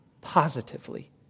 positively